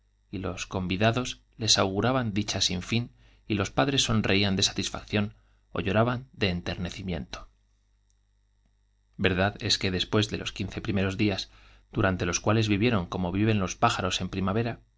y lbs convidados les auguraban dichas sin fin y los padres sonreían de satisfacción ó lloraban de enterriecimiento verdad es que después de los quince primeros días durante los cuales vivieron como viven los pájaros en primavera